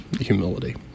humility